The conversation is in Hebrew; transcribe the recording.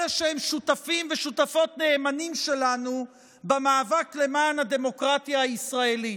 אלה שהם שותפים ושותפות נאמנים שלנו במאבק למען הדמוקרטיה הישראלית.